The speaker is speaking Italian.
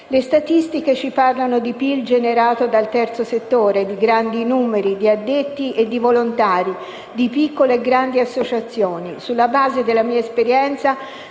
Le statistiche ci parlano di PIL generato dal terzo settore, di grandi numeri, di addetti e di volontari, di piccole e grandi associazioni; sulla base della mia esperienza